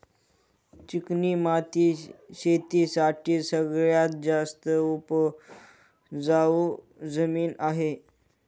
चिकणी माती शेती साठी सगळ्यात जास्त उपजाऊ जमीन आहे